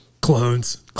Clones